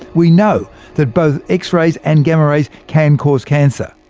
we know that both x-rays and gamma rays can cause cancer.